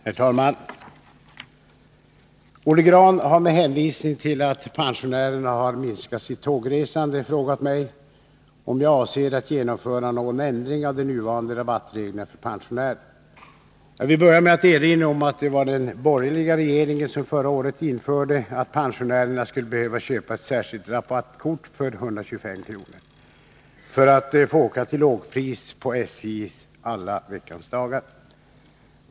Herr talman! Olle Grahn har med hänvisning till att pensionärerna har minskat sitt tågresande frågat mig om jag avser att genomföra någon ändring av de nuvarande rabattreglerna för pensionärer. Jag vill börja med att erinra om att det var den borgerliga regeringen som förra året införde regeln att pensionärerna skulle behöva köpa ett särskilt rabattkort för 125 kr. för att få åka till lågpris på SJ alla veckans dagar.